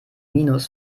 minus